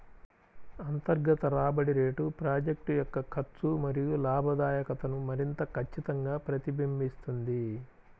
అంతర్గత రాబడి రేటు ప్రాజెక్ట్ యొక్క ఖర్చు మరియు లాభదాయకతను మరింత ఖచ్చితంగా ప్రతిబింబిస్తుంది